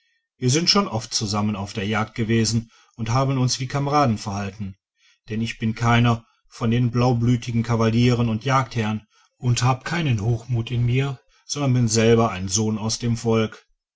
wir sind schon oft zusammen auf der jagd gewesen und haben uns wie kameraden verhalten denn ich bin keiner von den blaublütigen kavalieren und jagdherren und hab keinen hochmut in mir sondern bin selber ein sohn aus dem volk